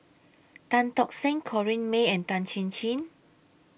Tan Tock Seng Corrinne May and Tan Chin Chin